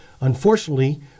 Unfortunately